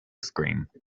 scream